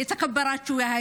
(אומרים דברים